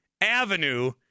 avenue